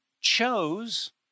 chose